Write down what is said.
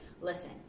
listen